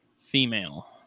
female